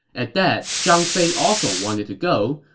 at that, zhang fei also wanted to go,